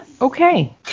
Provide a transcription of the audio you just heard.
Okay